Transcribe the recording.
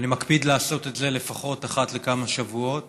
ואני מקפיד לעשות את זה לפחות אחת לכמה שבועות,